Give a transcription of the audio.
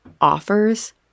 offers